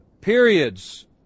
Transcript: periods